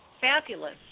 Fabulous